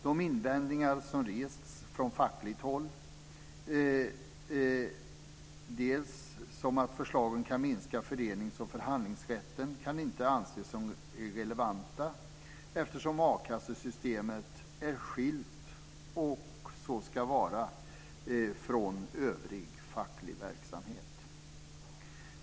De invändningar som rests från fackligt håll, bl.a. att förslagen kan minska förenings och förhandlingsrätten, kan inte anses som relevanta eftersom a-kassesystemet är skilt, och ska så vara, från övrig facklig verksamhet.